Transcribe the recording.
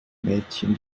mädchen